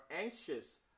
anxious